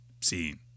seen